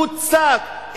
מוצק,